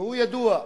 והוא ידוע,